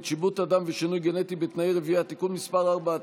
(שיבוט אדם ושינוי גנטי בתאי רבייה) (תיקון מס' 4),